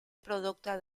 prodotta